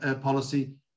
policy